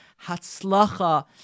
Hatzlacha